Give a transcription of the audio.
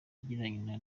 yagiranye